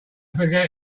forget